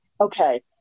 Okay